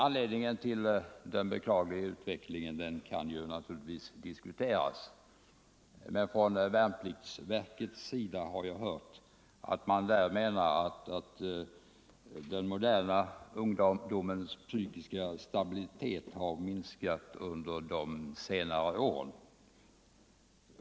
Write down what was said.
Anledningen till den beklagliga utvecklingen kan naturligtvis diskuteras. Värnpliktsverket menar att den moderna ungdomens psykiska stabilitet har minskat under de senare åren.